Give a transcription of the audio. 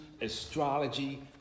astrology